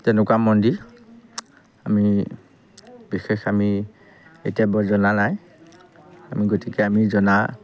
তেনেকুৱা মন্দিৰ আমি বিশেষ আমি এতিয়া বৰ জনা নাই আমি গতিকে আমি জনা